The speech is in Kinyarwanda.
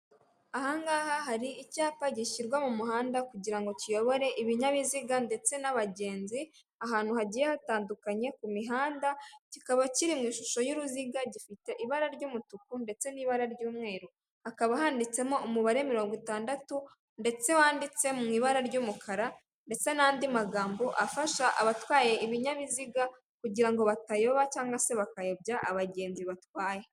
Aha ngaha hari icyapa gishyirwa mu muhanda kugira ngo kiyobore ibinyabiziga ndetse n'abagenzi, ahantu hagiye hatandukanye ku mihanda, kikaba kiri mu ishusho y'uruziga, gifite ibara ry'umutuku ndetse n'ibara ry'umweru. Hakaba handitsemo umubare mirongo itandatu ndetse wanditse mu ibara ry'umukara ndetse n'andi magambo afasha abatwaye ibinyabiziga kugira ngo batayoba cyangwa se bakayobya abagenzi batwaye.